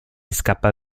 scappa